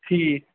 ٹھیٖک